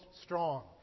strong